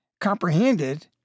comprehended